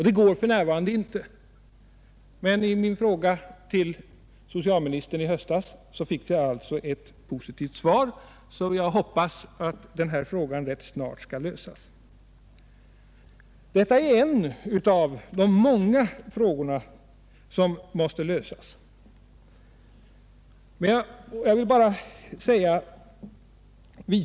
Det går för närvarande inte, men på min interpellation till socialministern i höstas fick jag alltså ett positivt svar, varför jag hoppas att frågan snart skall lösas. Detta är en av de många frågor som måste lösas.